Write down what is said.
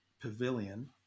Pavilion